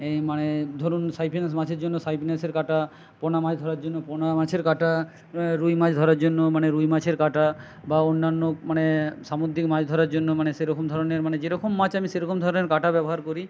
এই মানে ধরুন সাইপ্রিনাস মাছের জন্য সাইপ্রিনাসের কাঁটা পোনা মাছ ধরার জন্য পোনা মাছের কাঁটা রুই মাছ ধরার জন্য মানে রুই মাছের কাঁটা বা অন্যান্য মানে সামুদ্রিক মাছ ধরার জন্য মানে সেরকম ধরনের মানে যেরকম মাছ আমি সেরকম ধরনের কাঁটা ব্যবহার করি